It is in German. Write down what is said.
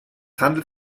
handelt